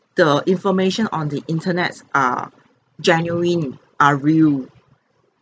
the information on the internets are genuine are real